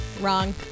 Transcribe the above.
Wrong